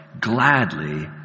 gladly